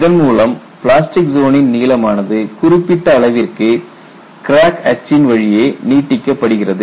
இதன் மூலம் பிளாஸ்டிக் ஜோனின் நீளமானது குறிப்பிட்ட அளவிற்கு கிராக் அச்சின் வழியே நீட்டிக்கப்படுகிறது